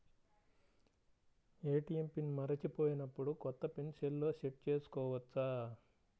ATM pin మరచిపోయినప్పుడు, కొత్త pin సెల్లో సెట్ చేసుకోవచ్చా?